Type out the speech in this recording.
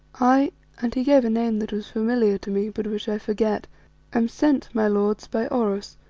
i and he gave a name that was familiar to me, but which i forget am sent, my lords, by oros,